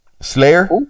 slayer